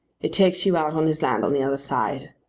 it takes you out on his land on the other side.